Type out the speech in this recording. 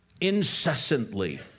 incessantly